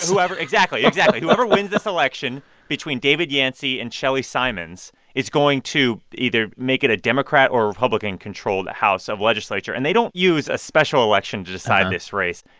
whoever exactly, exactly. whoever wins this election between david yancey and shelly simonds is going to either make it a democrat or republican-controlled house of legislature. and they don't use a special election to decide this race.